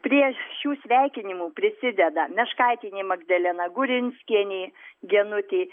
prie šių sveikinimų prisideda meškaitienė magdalena gurinskienė genutė